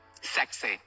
sexy